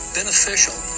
beneficial